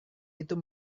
itu